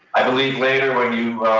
i believe later when you